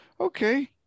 Okay